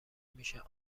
میشه